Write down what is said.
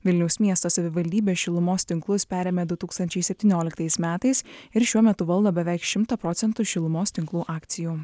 vilniaus miesto savivaldybė šilumos tinklus perėmė du tūkstančiai septynioliktais metais ir šiuo metu valdo beveik šimtą procentų šilumos tinklų akcijų